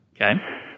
Okay